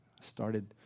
started